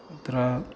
तत्र